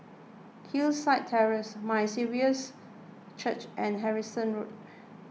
Hillside Terrace My Saviour's Church and Harrison Road